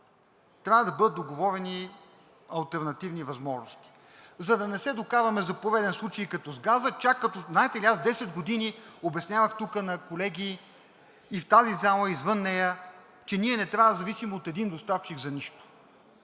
трябва да бъдат договорени алтернативни възможности, за да не се докараме за пореден път като с газа. Знаете ли, аз 10 години обяснявах тук на колеги и в тази зала, и извън нея, че ние не трябва да зависим от един доставчик за нищо.